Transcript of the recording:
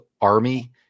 Army